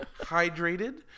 hydrated